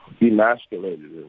emasculated